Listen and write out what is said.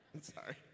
Sorry